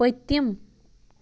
پٔتِم